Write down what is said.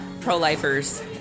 pro-lifers